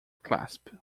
clasp